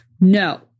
no